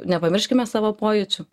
nepamirškime savo pojūčių